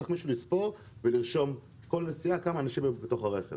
צריך מישהו לספור ולרשום כמה אנשים היו בתוך הרכב